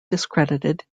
discredited